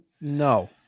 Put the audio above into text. No